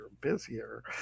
busier